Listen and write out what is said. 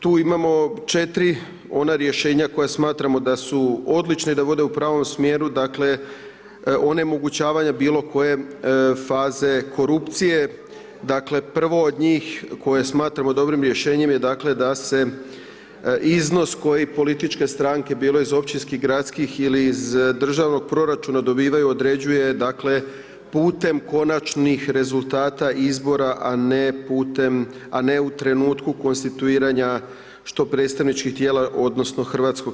Tu imamo 4 ona rješenja koja smatramo da su odlična i da vode u pravom smjeru, dakle, onemogućavanja bilo koje faze korupcije, dakle, prvo od njih koje smatramo dobrim rješenjem je, dakle, da se iznos koji političke stranke, bilo iz općinskih, gradskih ili iz državnog proračuna, dobivaju, određuje, dakle, putem konačnih rezultata izbora, a ne putem, a ne u trenutku konstituiranja, što predstavničkih tijela odnosno HS.